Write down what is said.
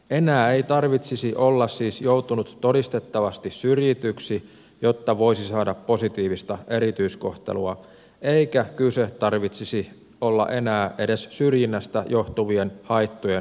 enää ei tarvitsisi olla siis joutunut todistettavasti syrjityksi jotta voisi saada positiivista erityiskohtelua eikä kyse tarvitsisi olla enää edes syrjinnästä johtuvien haittojen ehkäisemisestä